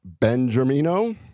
Benjamino